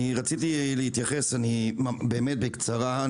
אני רציתי להתייחס באמת בקצרה.